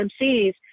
MCs